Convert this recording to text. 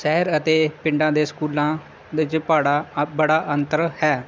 ਸ਼ਹਿਰ ਅਤੇ ਪਿੰਡਾਂ ਦੇ ਸਕੂਲਾਂ ਵਿੱਚ ਪਹੜਾ ਬੜਾ ਅੰਤਰ ਹੈ